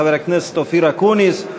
חבר הכנסת אופיר אקוניס,